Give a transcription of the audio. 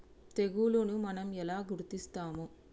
తెగులుని మనం ఎలా గుర్తిస్తాము?